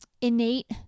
innate